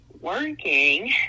working